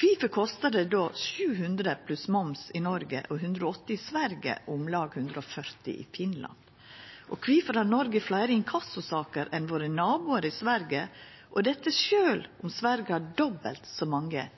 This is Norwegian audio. Kvifor kostar det 700 kr pluss moms i Noreg, 180 kr i Sverige og om lag 140 kr i Finland? Og kvifor har Noreg fleire inkassosaker enn våre naboar i Sverige, og dette sjølv om Sverige har dobbelt så mange